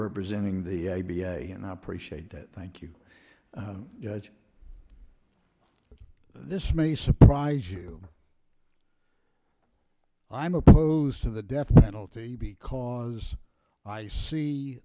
representing the a b a and i appreciate that thank you but this may surprise you i am opposed to the death penalty because i see